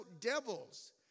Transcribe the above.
devils